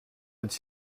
est